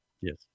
Yes